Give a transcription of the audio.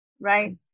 right